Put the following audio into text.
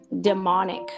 demonic